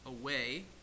away